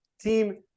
Team